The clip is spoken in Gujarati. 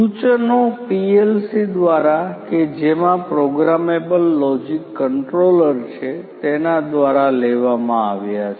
સૂચનો પીએલસી દ્વારા કે જેમાં પ્રોગ્રામેબલ લોજીક કંટ્રોલર છે તેના દ્વારા લેવામાં આવ્યા છે